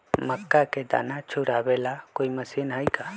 मक्का के दाना छुराबे ला कोई मशीन हई का?